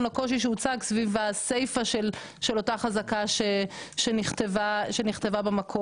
לקושי שהוצג סביב הסיפה של אותה חזקה שנכתבה במקור.